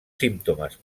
símptomes